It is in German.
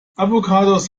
avocados